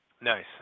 nice